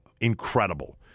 incredible